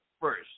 first